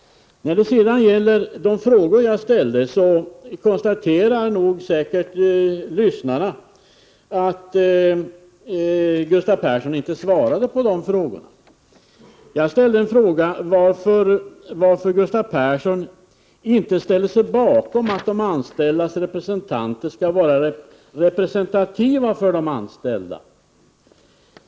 Lyssnarna konstaterar säkert att Gustav Persson inte svarade på de frågor jagställde. Jag frågade varför Gustav Persson inte ställer sig bakom förslaget att de anställdas representanter skall vara representativa för de anställda.